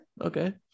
okay